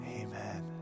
amen